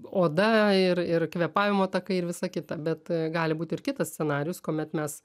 oda ir ir kvėpavimo takai ir visa kita bet gali būt ir kitas scenarijus kuomet mes